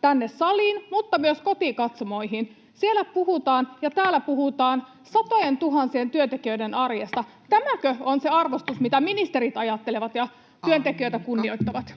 tänne saliin myös kotikatsomoihin? Siellä puhutaan ja täällä puhutaan satojentuhansien työntekijöiden arjesta. Tämäkö on se arvostus, miten ministerit ajattelevat ja [Puhemies: Aika!] työntekijöitä kunnioittavat?